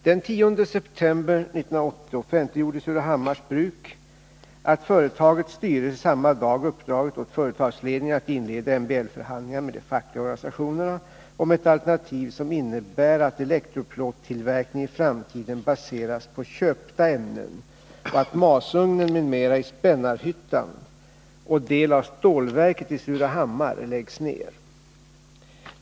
Den 10 september 1980 offentliggjorde Surahammars Bruk att företagets styrelse samma dag uppdragit åt företagsledningen att inleda MBL förhandlingar med de fackliga organisationerna om ett alternativ som innebär att elektroplåttillverkningen i framtiden baseras på köpta ämnen och att masugnen m.m. i Spännarhyttan och del av stålverket i Surahammar läggs ned.